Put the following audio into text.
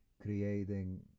creating